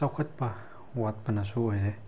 ꯆꯥꯎꯈꯠꯄ ꯋꯥꯠꯄꯅꯁꯨ ꯑꯣꯏꯔꯦ